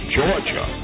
Georgia